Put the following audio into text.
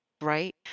right